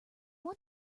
want